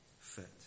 fit